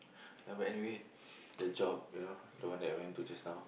yeah but anyway the job you know the one that I went to just now